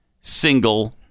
single